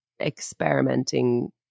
experimenting